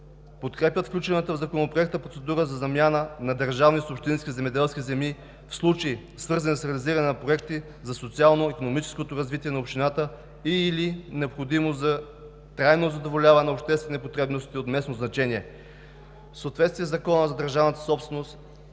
Подкрепя включената в Законопроекта процедура за замяна на държавни с общински земеделски земи в случаи, свързани с реализиране на проекти за социално-икономическото развитие на общината и/или необходими за трайно задоволяване на обществени потребности от местно значение в съответствие със Закона за държавната собственост